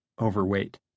overweight